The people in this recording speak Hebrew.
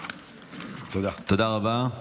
תודה רבה.